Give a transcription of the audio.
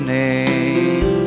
name